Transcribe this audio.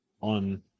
on